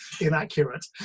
inaccurate